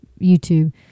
YouTube